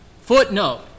Footnote